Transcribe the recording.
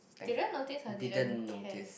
didn't notice or didn't care